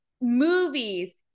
movies